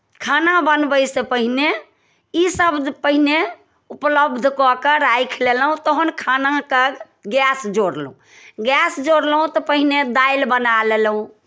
खाना बनबैसँ पहिने ईसभ पहिने उपलब्ध कऽ के राखि लेलहुँ तहन खानाके गैस जोड़लहुँ गैस जोड़लहुँ तऽ पहिने दालि बना लेलहुँ